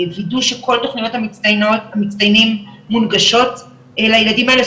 וידוי שכל התוכניות של המצטיינים מונגשות לילדים האלה,